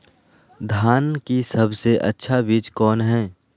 धान की सबसे अच्छा बीज कौन है?